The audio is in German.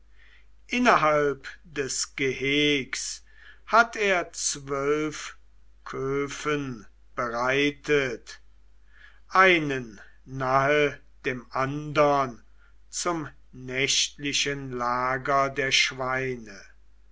innerhalb des gehegs hatt er zwölf kofen bereitet einen nahe dem andern zum nächtlichen lager der schweine